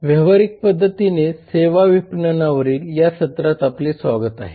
व्यावहारिक पद्धतीने सेवा विपणनावरील या सत्रात आपले स्वागत आहे